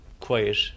quiet